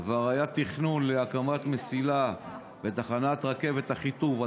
וכבר היה תכנון להקמת מסילה בתחנת רכבת אחיטוב,